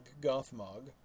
Gothmog